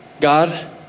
God